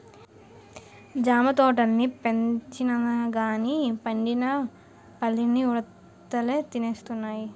జామ తోటల్ని పెంచినంగానీ పండిన పల్లన్నీ ఉడతలే తినేస్తున్నాయి